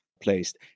placed